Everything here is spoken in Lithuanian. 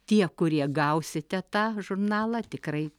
tie kurie gausite tą žurnalą tikrai